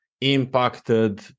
impacted